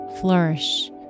flourish